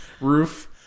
roof